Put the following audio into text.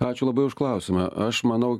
ačiū labai už klausimą aš manau